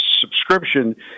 subscription